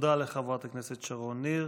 תודה לחברת הכנסת שרון ניר.